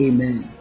Amen